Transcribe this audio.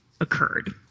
occurred